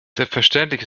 selbstverständlich